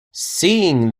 seeing